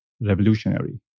revolutionary